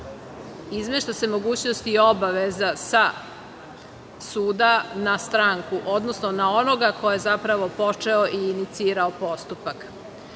izmešta se mogućnost i obaveza sa suda na stranku, odnosno na onoga ko je zapravo počeo i inicirao postupak. Neuspešna